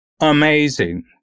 amazing